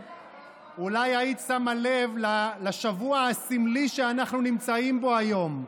היית שמה לב לשבוע הסמלי שאנחנו נמצאים בו היום,